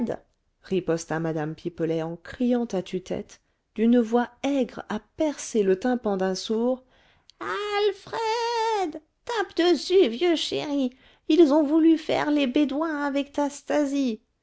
riposta mme pipelet en criant à tue-tête d'une voix aigre à percer le tympan d'un sourd alfred tape dessus vieux chéri ils ont voulu faire les bédouins avec ta stasie